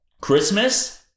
Christmas